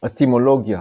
אטימולוגיה